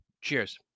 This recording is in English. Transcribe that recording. Cheers